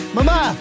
Mama